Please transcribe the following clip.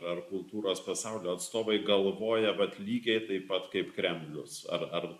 ar kultūros pasaulio atstovai galvoja vat lygiai taip pat kaip kremlius ar ar